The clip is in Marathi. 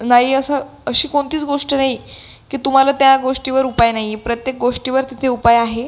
नाही असं अशी कोणतीच गोष्ट नाही की तुम्हाला त्या गोष्टीवर उपाय नाही प्रत्येक गोष्टीवर तिथे उपाय आहे